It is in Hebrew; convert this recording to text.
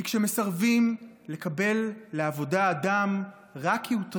כי כשמסרבים לקבל לעבודה אדם רק כי הוא טרנס,